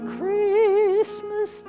Christmas